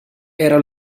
era